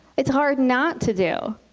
it's hard not to do.